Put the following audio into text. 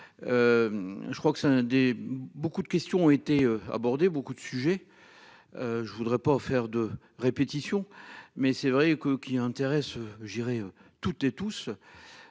un des, beaucoup de questions ont été abordées. Beaucoup de sujets. Je voudrais pas faire de répétition mais c'est vrai que qui intéresse je dirais toutes et tous.